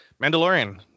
mandalorian